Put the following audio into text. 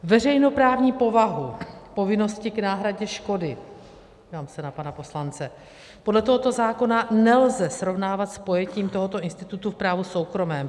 Veřejnoprávní povahu povinnosti k náhradě škody dívám se na pana poslance podle tohoto zákona nelze srovnávat s pojetím tohoto institutu v právu soukromém.